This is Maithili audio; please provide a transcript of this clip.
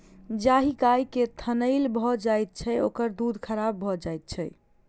जाहि गाय के थनैल भ जाइत छै, ओकर दूध खराब भ जाइत छै